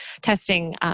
testing